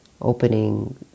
opening